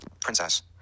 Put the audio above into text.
Princess